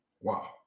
Wow